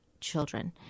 children